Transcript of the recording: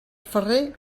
ferrer